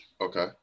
Okay